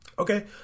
Okay